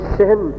sin